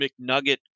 McNugget